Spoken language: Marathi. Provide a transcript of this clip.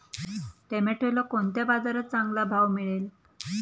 टोमॅटोला कोणत्या बाजारात चांगला भाव मिळेल?